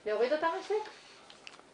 אני לא מכיר מוסד אחר שנותן את השירותים כפי שאמרת,